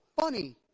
funny